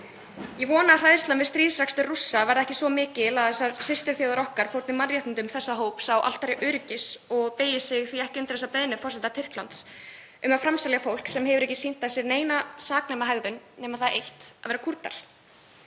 Ég vona að hræðslan við stríðsrekstur Rússa verði ekki svo mikil að þessar systurþjóðir okkar fórni mannréttindum þessa hóps á altari öryggis og beygi sig því ekki undir þessa beiðni forseta Tyrklands um að framselja fólk sem hefur ekki sýnt af sér neitt saknæmt nema það eitt að vera Kúrdar.